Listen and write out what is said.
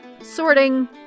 sorting